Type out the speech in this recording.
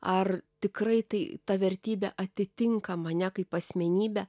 ar tikrai tai ta vertybė atitinka mane kaip asmenybę